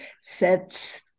sets